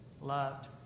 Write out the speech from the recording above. loved